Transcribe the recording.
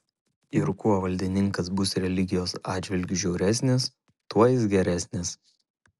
ir kuo valdininkas bus religijos atžvilgiu žiauresnis tuo jis geresnis